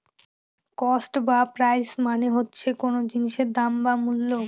cost বা price মানে হচ্ছে কোন জিনিসের দাম বা মূল্য